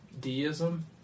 deism